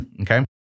Okay